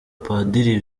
padiri